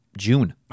june